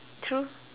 true